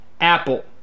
APPLE